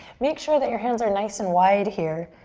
make sure that your hands are nice and wide here.